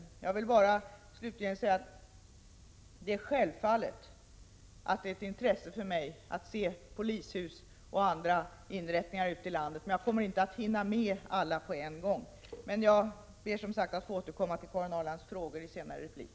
Slutligen vill jag bara säga att det självfallet är ett intresse för mig att se polishus och andra inrättningar ute i landet, men att jag inte kommer att hinna med alla på en gång. Jag ber att få återkomma till Karin Ahrlands frågor i en senare replik.